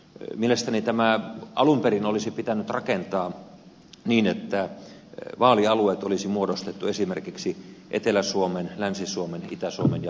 mielestäni tämä alun perin olisi pitänyt rakentaa niin että vaalialueet olisi muodostettu esimerkiksi etelä suomen länsi suomen itä suomen ja pohjois suomen kannalta